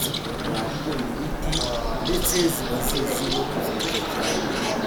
zikunda kurira ibiti ndetse ziba zizi no kwifotoza cyane.